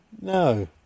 No